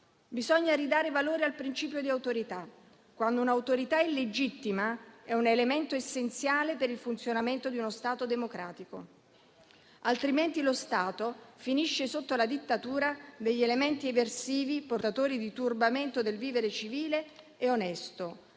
Bisogna ridare valore al principio di autorità. Quando un'autorità è legittima è un elemento essenziale per il funzionamento di uno Stato democratico; altrimenti, lo Stato finisce sotto la dittatura degli elementi eversivi, portatori di turbamento del vivere civile e onesto